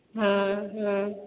हँ हँ